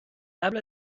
قبل